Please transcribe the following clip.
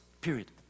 period